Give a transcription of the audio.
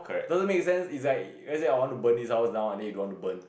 doesn't make sense it's like let's say I want to burn this tower down and then you don't want to burn